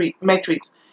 metrics